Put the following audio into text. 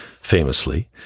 famously